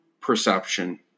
perception